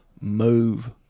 move